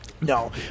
No